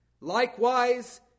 Likewise